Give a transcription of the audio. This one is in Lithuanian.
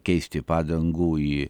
keisti padangų į